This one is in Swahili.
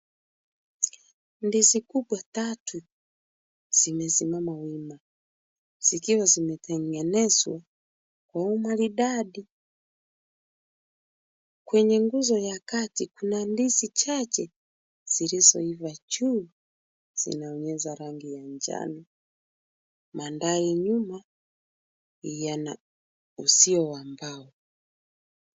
Ndizi kubwa tatu zimesimama wima zikiwa zimetengenezwa kwa umaridadi. Kwenye nguzo ya kati, kuna ndizi chache zilizoiva juu zinaonyesha rangi ya njano. Mandhari nyuma yana uzio wa mbao.